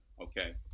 Okay